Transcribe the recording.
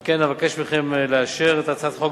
ועל כן אבקש מכם לאשר את הצעת החוק